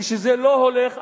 כשזה לא הולך,